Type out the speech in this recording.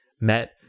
met